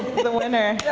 the the winner